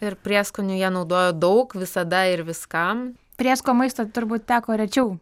ir prieskonių jie naudoja daug visada ir viskam priesko maisto turbūt teko rečiau